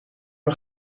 een